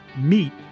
Meet